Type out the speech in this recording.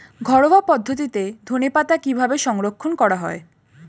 ঘরোয়া পদ্ধতিতে ধনেপাতা কিভাবে সংরক্ষণ করা হয়?